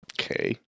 okay